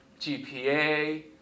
GPA